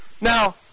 Now